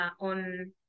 on